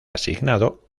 asignado